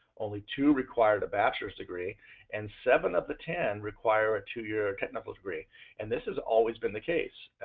only two required a bachelors degree and seven of the ten require a two year technical degree and this has always been the case.